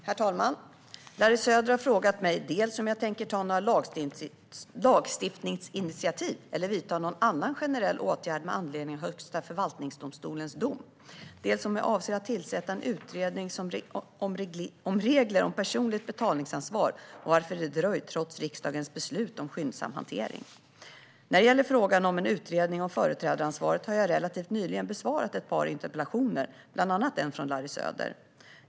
Herr talman! Larry Söder har frågat mig dels om jag tänker ta några lagstiftningsinitiativ eller vidta någon annan generell åtgärd med anledning av Högsta förvaltningsdomstolens dom, dels om jag avser att tillsätta en utredning om regler om personligt betalningsansvar och varför detta har dröjt, trots riksdagens beslut om skyndsam hantering. När det gäller frågan om en utredning av företrädaransvaret har jag relativt nyligen besvarat ett par interpellationer, bland annat en från Larry Söder.